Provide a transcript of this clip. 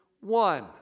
one